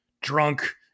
drunk